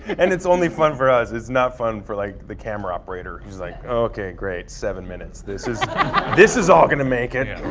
and it's only fun for us, it's not fun for like the camera operator who's like ok great seven minutes, this is this is all going to make it.